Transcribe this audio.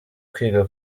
kwiga